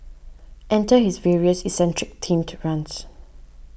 enter his various eccentric themed runs